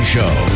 Show